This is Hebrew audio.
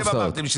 זה